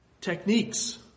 techniques